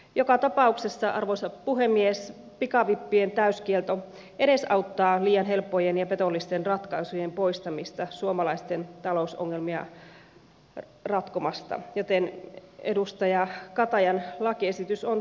joka tapauksessa arvoisa puhemies pikavippien täyskielto edesauttaa liian helppojen ja petollisten ratkaisujen poistamista suomalaisten talousongelmia ratkomasta joten edustaja katajan lakiesitys on todella kannatettava